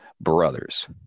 Brothers